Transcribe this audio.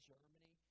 Germany